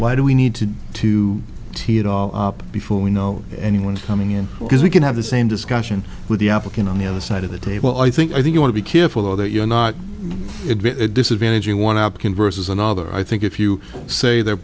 why do we need to do to tee it all up before we know anyone coming in because we can have the same discussion with the applicant on the other side of the table i think i think you ought to be careful though that you're not a disadvantage you want to opt in versus another i think if you say they're